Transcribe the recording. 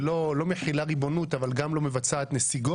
ולא מחילה ריבונות אבל גם לא מבצעת נסיגות,